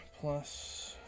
plus